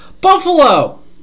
Buffalo